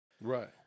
right